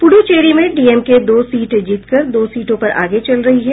पूद्दचेरी में डीएमके दो सीट जीतकर दो सीटों पर आगे चल रही है